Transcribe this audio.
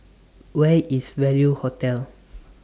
Where IS Value Hotel